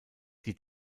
die